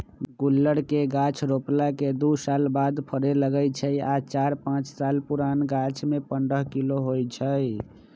गुल्लर के गाछ रोपला के दू साल बाद फरे लगैए छइ आ चार पाच साल पुरान गाछमें पंडह किलो होइ छइ